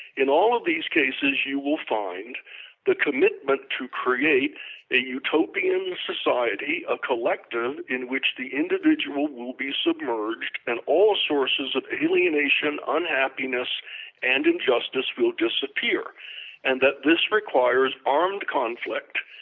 in all of these cases you will find the commitment to create a utopian society of collective in which the individual will be submerged and all sources of alienation unhappiness and injustice will disappear and that this requires armed conflict,